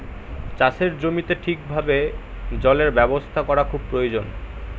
চাষের জমিতে ঠিক ভাবে জলের ব্যবস্থা করা খুব প্রয়োজন